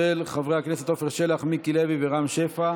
של חברי הכנסת עפר שלח, מיקי לוי ורם שפע.